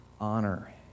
honor